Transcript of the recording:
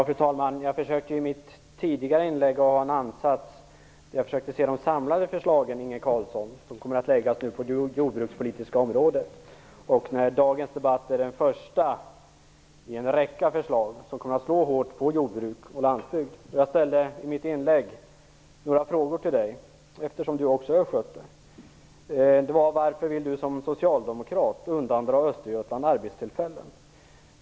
Fru talman! Jag försökte i mitt tidigare inlägg se de samlade förslagen som kommer att läggas fram på det jordbrukspolitiska området. Dagens debatt gäller det första i en räcka förslag som kommer att slå hårt mot jordbruk och landsbygd. Jag ställde några frågor till Inge Carlsson, eftersom han också är östgöte. Varför vill Inge Carlsson, som socialdemokrat, undandra Östergötland arbetstillfällen?